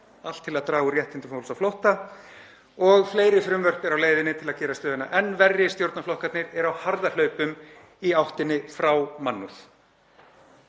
allt til að draga úr réttindum fólks á flótta, og fleiri frumvörp eru á leiðinni til að gera stöðuna enn verri. Stjórnarflokkarnir eru á harðahlaupum í áttinni frá mannúð.